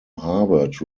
harvard